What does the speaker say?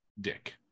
dick